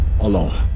alone